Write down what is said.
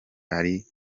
yari